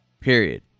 Period